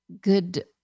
good